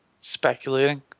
speculating